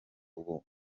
ubu